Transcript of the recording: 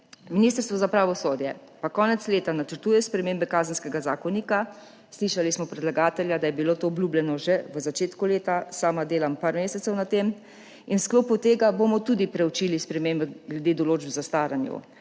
Ministrstvo za pravosodje pa konec leta načrtuje spremembe Kazenskega zakonika. Slišali smo predlagatelja, da je bilo to obljubljeno že v začetku leta, sama delam nekaj mesecev na tem, in v sklopu tega bomo tudi preučili spremembe glede določb o zastaranju.